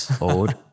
old